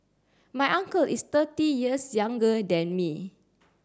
my uncle is thirty years younger than me